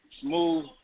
Smooth